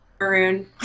maroon